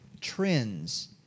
trends